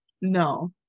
no